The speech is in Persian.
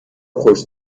خوش